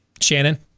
Shannon